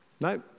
No